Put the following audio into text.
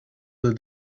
that